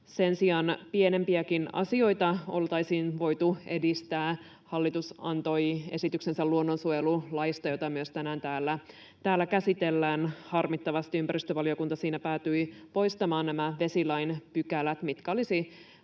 Sen sijaan pienempiäkin asioita oltaisiin voitu edistää. Hallitus antoi esityksensä luonnonsuojelulaista, jota myös tänään täällä käsitellään. Harmittavasti ympäristövaliokunta siinä päätyi poistamaan nämä vesilain pykälät, mitkä olisivat